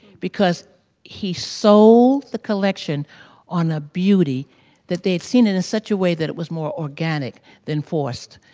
because he sold the collection on a beauty that they had seen in such a way that it was more organic than forced.